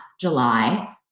July